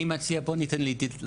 אני מציע בואו ניתן לעידית.